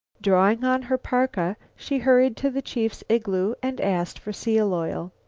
drawing on her parka she hurried to the chief's igloo and asked for seal oil.